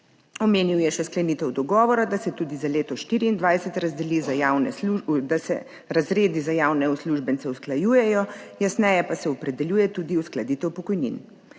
Omenil je še sklenitev dogovora, da se tudi za leto 2024 razredi za javne uslužbence usklajujejo, jasneje pa se opredeljuje tudi uskladitev pokojnin.